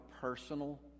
personal